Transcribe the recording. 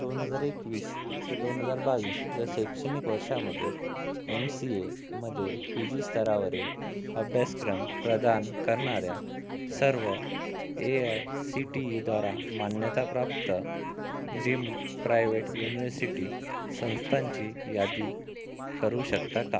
दोन हजार एकवीस ते दोन हजार बावीस या शैक्षणिक वर्षामध्ये एम सी एमध्ये पी जी स्तरावरील अभ्यासक्रम प्रदान करणाऱ्या सर्व ए आय सी टी ईद्वारा मान्यताप्राप्त डीम प्रायवेट युनिव्हर्सिटी संस्थांची यादी करू शकता का